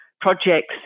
projects